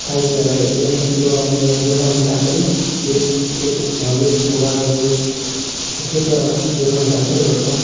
साहित्यलाई एकदमै जोगाउने एउटा देखाउने काम पनि यस क्षेत्र यस भूभागमा यस क्षेत्रमा देखाउने काम पनि गर्छौँ